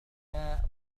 الماء